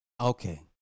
okay